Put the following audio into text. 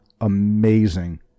amazing